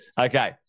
Okay